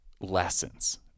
lessons